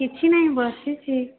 କିଛିନାହିଁ ବସିଛି